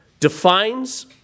defines